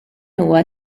huwa